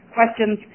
questions